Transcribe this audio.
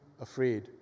afraid